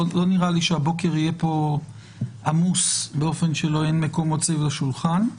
לא נראה לי שהבוקר יהיה פה עמוס באופן שאין מקומות סביב השולחן.